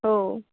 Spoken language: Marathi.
हो